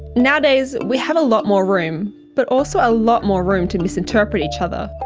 nowadays we have a lot more room, but also a lot more room to misinterpret each other,